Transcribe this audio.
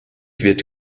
wird